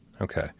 Okay